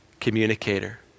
communicator